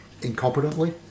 Incompetently